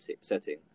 setting